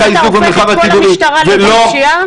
אז אתה הופך את כל המשטרה לארגון פשיעה?